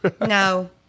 No